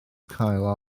cael